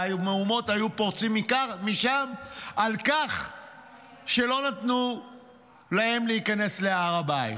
והמהומות היו פורצות משם על כך שלא נתנו להם להיכנס להר הבית.